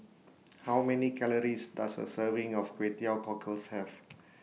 How Many Calories Does A Serving of Kway Teow Cockles Have